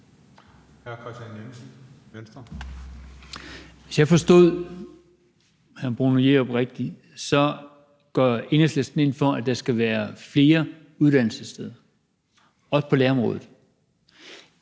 Hvis jeg forstod hr. Bruno Jerup rigtigt, går Enhedslisten ind for, at der skal være flere uddannelsessteder, også på lærerområdet.